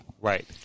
Right